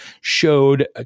showed